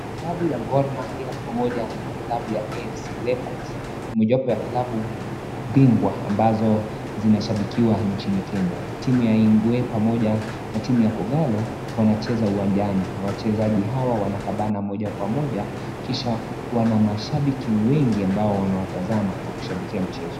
Klabu ya Gor Mahia pamoja na klabu ya AFC Leopards, ni mojawapo ya klabu bingwa ambazo zinashabikiwa nchini Kenya. Timu ya Ingwe pamoja na timu ya Kogalo wanacheza uwanjani, na wachezaji hawa wanakabana moja kwa moja, kisha wana mashabiki wengi ambao wanawatazama na kushabikia mchezo.